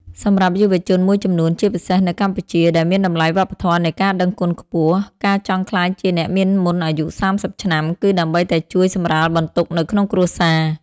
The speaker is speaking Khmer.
សម្រាប់យុវជនមួយចំនួន ជាពិសេសនៅកម្ពុជា ដែលមានតម្លៃវប្បធម៌នៃការដឹងគុណខ្ពស់ ការចង់ក្លាយជាអ្នកមានមុនអាយុ ៣០ ឆ្នាំ គឺដើម្បីតែជួយសម្រាលបន្ទុកនៅក្នុងគ្រួសារ។